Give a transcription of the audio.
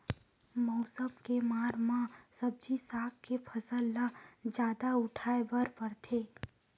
मउसम के मार म सब्जी साग के फसल ल जादा उठाए बर परथे